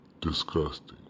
Disgusting